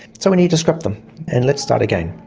so we need to scrap them and let's start again.